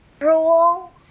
rule